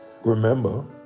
Remember